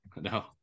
No